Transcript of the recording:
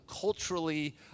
culturally